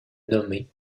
nommée